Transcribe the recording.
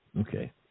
Okay